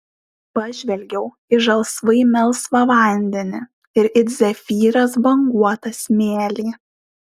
pažvelgiau į žalsvai melsvą vandenį ir it zefyras banguotą smėlį